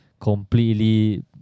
completely